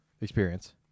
experience